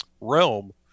realm